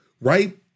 right